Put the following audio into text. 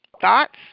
thoughts